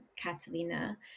Catalina